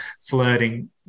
flirting